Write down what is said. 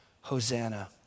Hosanna